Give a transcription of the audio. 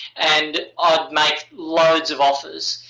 and i'd make loads of offers,